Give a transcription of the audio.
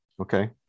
Okay